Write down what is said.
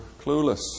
clueless